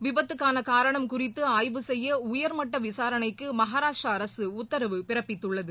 விபத்துக்கானகாரணம் குறித்துஆய்வு செய்யஉயர்மட்டவிசாரணைக்குமகாராஷ்டிரஅரசுஉத்தரவு பிறப்பித்துள்ளது